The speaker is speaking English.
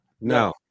No